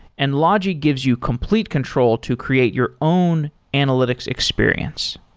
and logi gives you complete control to create your own analytics experience.